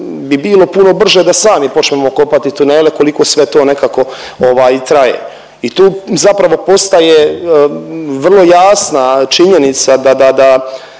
bi bilo puno brže da sami počnemo kopati tunele koliko sve to nekako ovaj traje i tu zapravo postaje vrlo jasna činjenica da,